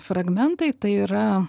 fragmentai tai yra